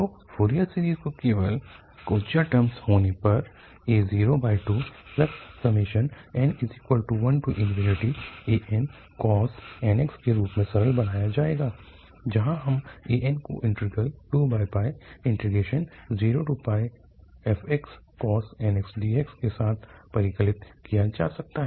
तो Fourier series को केवल कोज्या टर्म होने पर a02n1ancos nx के रूप में सरल बनाया जाएगा जहाँ यह an को इंटीग्रल 20fxcos nx dx के साथ परिकलित किया जा सकता है